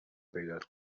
پیدات